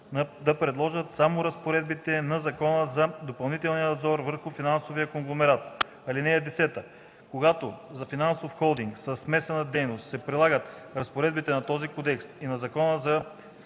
да приложат само разпоредбите на Закона за допълнителния надзор върху финансовите конгломерати. (10) Когато за финансов холдинг със смесена дейност се прилагат разпоредбите на този кодекс и на Закона за